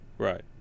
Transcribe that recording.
Right